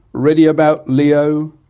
ready about lee-oh,